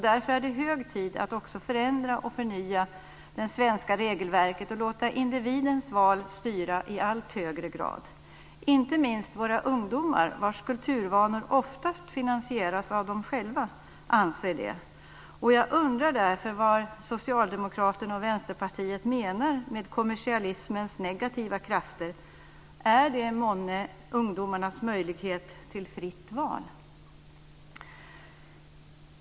Därför är det hög tid att också förändra och förnya det svenska regelverket och låta individens val styra i allt högre grad. Inte minst våra ungdomar, vilkas kulturvanor oftast finansieras av dem själva, anser det. Jag undrar därför vad Socialdemokraterna och Vänsterpartiet menar med kommersialismens negativa krafter. Är det månne ungdomarnas möjlighet till fritt val?